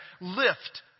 lift